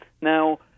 Now